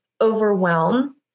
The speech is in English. overwhelm